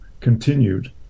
continued